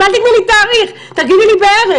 אל תתני לי תאריך, תגידי לי בערך.